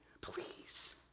please